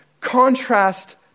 contrast